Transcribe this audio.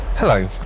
Hello